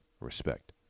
respect